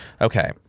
Okay